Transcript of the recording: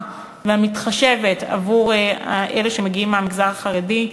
והמתחשבת עבור אלה שמגיעים מהמגזר החרדי.